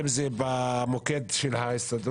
אם זה במוקד של ההסתדרות,